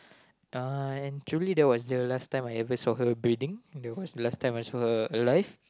uh truly that was the last time I ever saw her breathing that was the last time I saw her alive